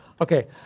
Okay